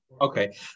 Okay